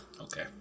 Okay